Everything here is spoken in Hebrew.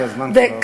כי הזמן כבר עבר.